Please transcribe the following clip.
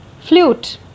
Flute